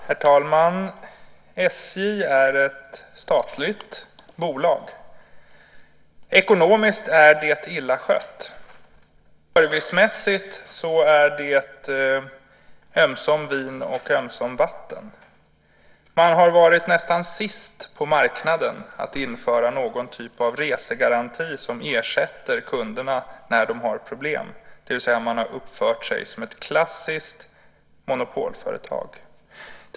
Herr talman! SJ är ett statligt bolag. Ekonomiskt är det illa skött. Servicemässigt är det ömsom vin, ömsom vatten. Man har varit nästan sist på marknaden att införa någon typ av resegaranti för ersättning till kunderna när de har problem, det vill säga man har uppfört sig som ett klassiskt monopolföretag.